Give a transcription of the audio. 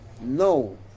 No